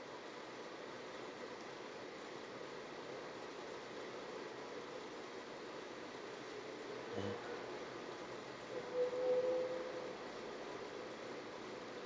mm